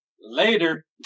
Later